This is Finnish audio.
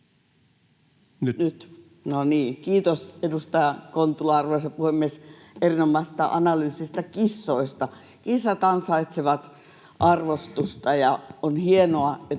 Kiitos, edustaja Kontula, erinomaisesta analyysista kissoista. Kissat ansaitsevat arvostusta, ja on hienoa, että